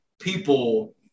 people